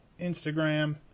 Instagram